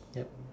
yup